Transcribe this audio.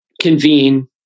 convene